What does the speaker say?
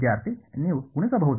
ವಿದ್ಯಾರ್ಥಿ ನೀವು ಗುಣಿಸಬಹುದು